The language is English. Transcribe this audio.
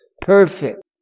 perfect